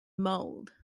mound